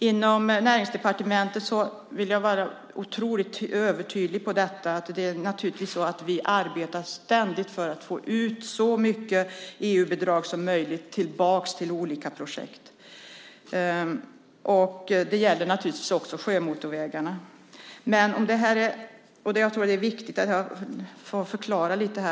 Inom Näringsdepartementet arbetar vi ständigt för att få så mycket EU-bidrag som möjligt till olika projekt. Det gäller naturligtvis också sjömotorvägarna. Låt mig förklara.